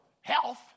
health